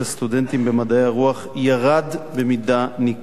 במדעי הרוח ירד במידה ניכרת